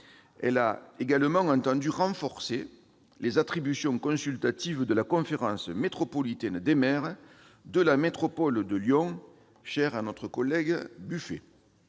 Elle a également entendu renforcer les attributions consultatives de la conférence métropolitaine des maires de la métropole de Lyon, chère à François-Noël Buffet.